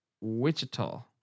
Wichita